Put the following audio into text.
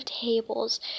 tables